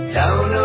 down